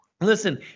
Listen